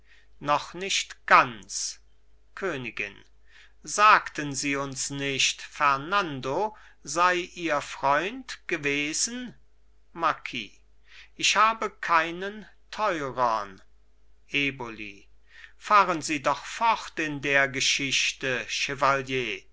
noch nicht ganz königin sagten sie uns nicht fernando sei ihr freund gewesen marquis ich habe keinen teurern eboli fahren sie doch fort in der geschichte